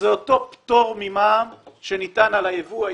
אותו פטור ממע"מ שניתן על היבוא האישי.